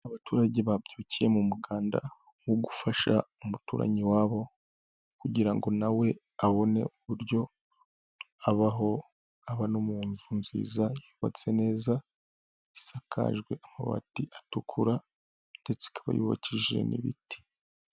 Abaturage babyukiye mu muganda wo gufasha umuturanyi wabo kugira ngo na we abone uburyo abaho aba no mu nzu nziza yubatse neza, isakajwe amabati atukura ndetse ikaba yubakije n'ibiti.